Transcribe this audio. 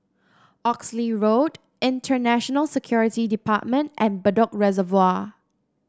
Oxley Road Internal Security Department and Bedok Reservoir